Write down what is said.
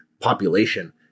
population